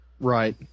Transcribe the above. Right